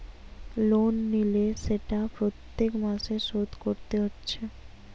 loan লিলে সেটা প্রত্যেক মাসে শোধ কোরতে হচ্ছে